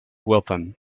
wilton